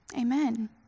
Amen